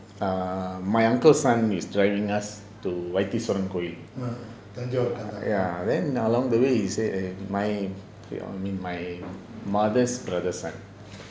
my uncle's son is joining us to Vaitheeswaran கோவில்:vaitheesvaran kovil ya then along the way he say eh my I mean my mother's brother son